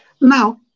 Now